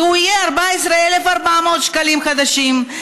והוא יהיה 14,400 שקלים חדשים,